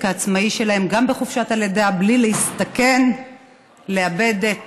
העצמאי שלהן גם בחופשת הלידה בלי להסתכן בלאבד את